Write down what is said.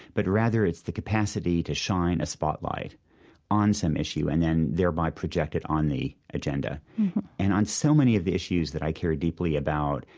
but rather it's the capacity to shine a spotlight on some issue and then thereby project it on the agenda mm-hmm and on so many of the issues that i care deeply about,